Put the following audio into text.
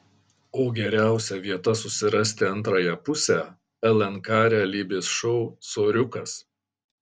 o geriausia vieta susirasti antrąją pusę lnk realybės šou soriukas